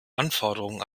anforderungen